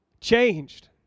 changed